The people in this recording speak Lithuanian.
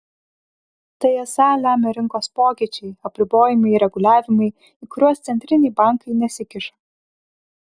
tai esą lemia rinkos pokyčiai apribojimai reguliavimai į kuriuos centriniai bankai nesikiša